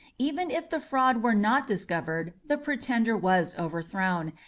even if the fraud were not discovered, the pretender was overthrown,